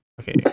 Okay